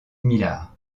millar